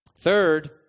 Third